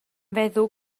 feddw